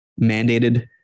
mandated